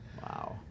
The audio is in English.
Wow